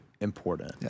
important